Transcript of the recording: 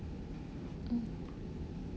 mm